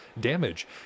damage